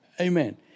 Amen